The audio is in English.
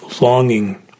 longing